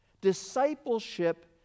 Discipleship